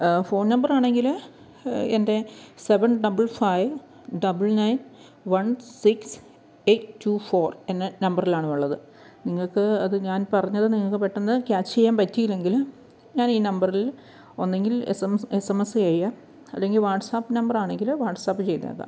phone നമ്പറാണെങ്കിൽ എൻ്റെ seven double five double nine one six eight two four എന്ന നമ്പറിലാണുള്ളത് നിങ്ങൾക്ക് അത് ഞാൻ പറഞ്ഞത് നിങ്ങൾക്ക് പെട്ടന്ന് ക്യാച്ച് ചെയ്യാം പറ്റീല്ലെങ്കിൽ ഞാൻ ഈ നമ്പറിൽ ഒന്നുങ്കിൽ S M S S M S ചെയ്യുക അല്ലെങ്കിൽ വാട്ട്സ്ആപ്പ് നമ്പറാണെങ്കിൽ വാട്ട്സ്ആപ്പ് ചെയ്തേക്കാം